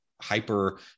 hyper